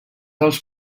els